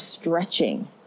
stretching